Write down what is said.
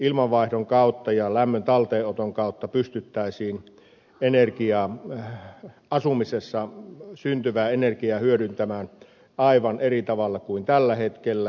ilmanvaihdon kautta ja lämmön talteenoton kautta pystyttäisiin asumisessa syntyvää energiaa hyödyntämään aivan eri tavalla kuin tällä hetkellä